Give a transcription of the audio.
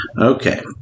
Okay